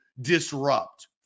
disrupt